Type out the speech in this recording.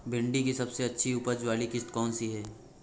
भिंडी की सबसे अच्छी उपज वाली किश्त कौन सी है?